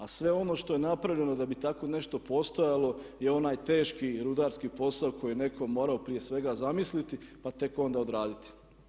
A sve ono što je napravljeno da bi tako nešto postojalo je onda teški rudarski posao koji je netko morao prije svega zamisliti pa tek onda odraditi.